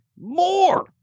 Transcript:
more